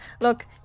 look